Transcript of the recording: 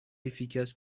efficace